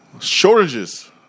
shortages